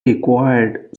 required